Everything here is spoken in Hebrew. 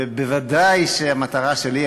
ודאי שהמטרה שלי,